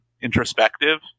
introspective